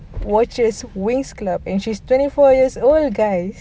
watches winx club and she's twenty four years old guys